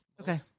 Okay